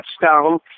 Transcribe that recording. touchdown